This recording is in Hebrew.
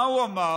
מה הוא אמר?